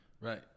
Right